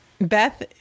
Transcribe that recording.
Beth